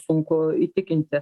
sunku įtikinti